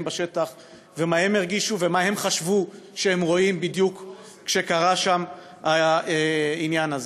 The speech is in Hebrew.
בשטח ומה הם הרגישו ומה הם חשבו שהם רואים בדיוק כשקרה שם העניין הזה.